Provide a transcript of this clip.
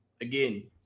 Again